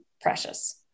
precious